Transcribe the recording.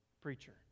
preacher